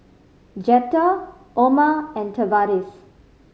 Jetta Oma and Tavaris